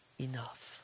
enough